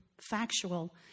factual